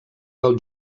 del